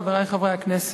חברי חברי הכנסת,